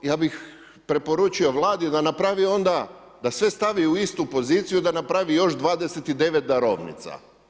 Ja bih preporučio Vladi da napravi onda da sve stavi u istu poziciju, da napravi još 29 darovnica.